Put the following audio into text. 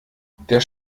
der